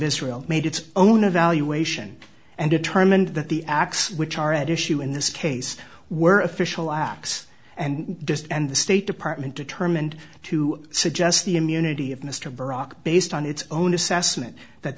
israel made its own evaluation and determined that the acts which are at issue in this case were official acts and just and the state department determined to suggest the immunity of mr barak based on its own assessment that